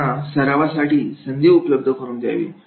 त्यांना सरावासाठी संधी उपलब्ध करून द्यावी